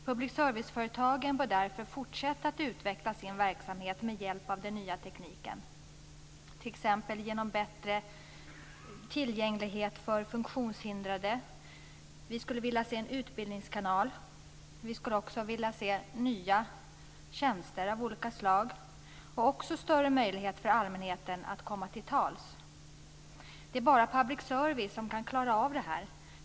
Public service-företagen bör därför fortsätta att utveckla sin verksamhet med hjälp av den nya tekniken, t.ex. genom bättre tillgänglighet för funktionshindrade. Vi skulle vilja se en utbildningskanal. Vi skulle också vilja se nya tjänster av olika slag och också större möjligheter för allmänheten att komma till tals. Det är bara public service som kan klara av det här.